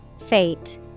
Fate